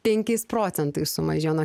penkiais procentais sumažėjo nuo